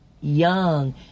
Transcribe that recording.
young